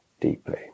deeply